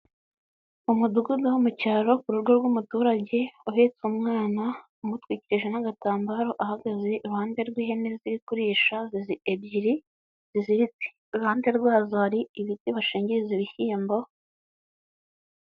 Umudugudu wo mu cyaro, urugo rw'umuturage uhetse umwana umutwikije n'agatambaro, ahagaze iruhande rw'ihene ziri kuri kurisha ebyiri, ziziritse. Iruhande rwazo hari ibiti bashingiriza ibishyimbo.